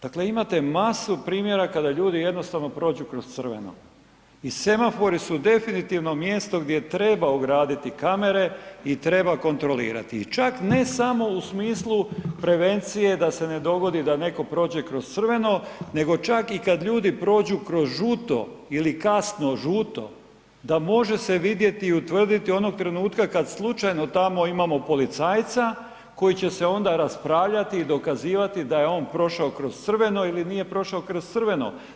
Dakle imate masu primjera kada ljudi jednostavno prođu kroz crveno i semaforu su definitivno mjesto gdje treba ugraditi kamere i treba kontrolirati i čak ne samo u smislu prevencije da se ne dogodi da netko prođe kroz crveno nego čak i kad ljudi prođu kroz žuto ili kazno ljuto, da može se vidjeti i utvrditi onoga trenutka kad slučajno tamo imamo policajca koji će se onda raspravljati i dokazivati da je on prošao kroz crveno ili nije prošao kroz crveno.